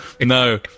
No